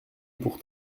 pour